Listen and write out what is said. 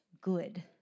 good